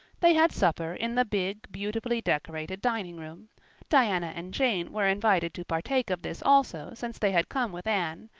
they had supper in the big, beautifully decorated dining room diana and jane were invited to partake of this, also, since they had come with anne,